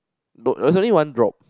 no there was only one drop